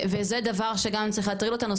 וזה דבר שגם צריך להטריד אותנו.